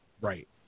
Right